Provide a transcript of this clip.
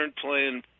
playing